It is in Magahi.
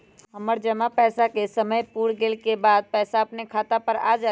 हमर जमा पैसा के समय पुर गेल के बाद पैसा अपने खाता पर आ जाले?